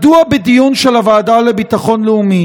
מדוע בדיון של הוועדה לביטחון לאומי